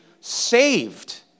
saved